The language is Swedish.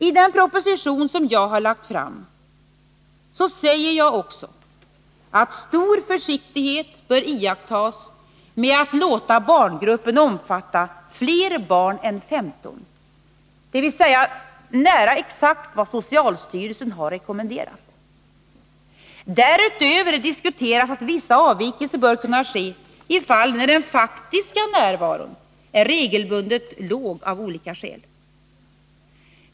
I den proposition som jag har lagt fram säger jag också att stor försiktighet bör iakttas med att låta barngrupperna omfatta fler barn än 15, dvs. nästan exakt vad socialstyrelsen har rekommenderat. Därutöver diskuteras att vissa avvikelser bör kunna ske i de fall där den faktiska närvaron regelbundet är låg av olika skäl.